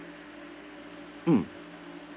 mm